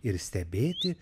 ir stebėti